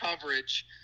coverage